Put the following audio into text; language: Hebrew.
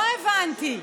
לא הבנתי.